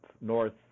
north